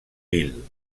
bhil